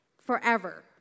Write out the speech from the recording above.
forever